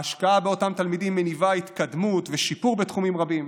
ההשקעה באותם תלמידים מניבה התקדמות ושיפור בתחומים רבים,